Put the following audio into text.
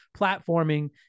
platforming